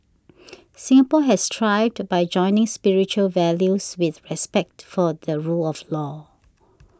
Singapore has thrived by joining spiritual values with respect for the rule of law